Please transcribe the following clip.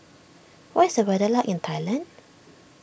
what is the weather like in Thailand